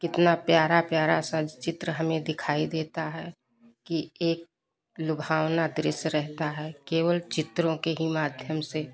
कितना प्यारा प्यारा सा जो चित्र हमें दिखाई देता है कि एक लुभावना दृश्य रहता है केवल चित्रों के ही माध्यम से